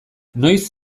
noiz